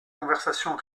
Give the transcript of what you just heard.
conversion